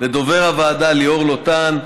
לדובר הוועדה ליאור לוטן,